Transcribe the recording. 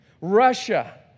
Russia